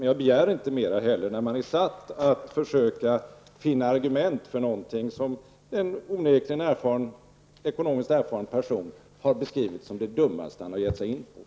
Jag begär inte mera när man är satt att försöka finna argument för något som en onekligen ekonomiskt erfaren person har beskrivit som det dummaste han har gett sig in i.